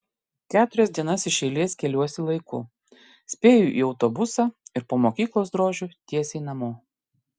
keturias dienas iš eilės keliuosi laiku spėju į autobusą ir po mokyklos drožiu tiesiai namo